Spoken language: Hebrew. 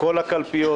כל הקלפיות.